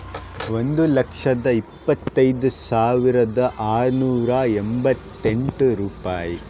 ಒಂದು ಲಕ್ಷದ ಇಪ್ಪತ್ತೈದು ಸಾವಿರದ ಆರುನೂರ ಎಂಬತ್ತೆಂಟು ರೂಪಾಯಿ